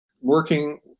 working